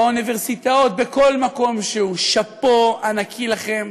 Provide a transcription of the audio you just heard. באוניברסיטאות, בכל מקום שהוא: שאפו ענקי לכם.